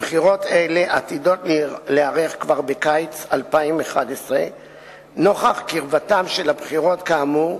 בחירות אלה עתידות להיערך כבר בקיץ 2011. נוכח קרבתן של הבחירות כאמור,